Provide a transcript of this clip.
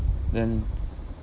then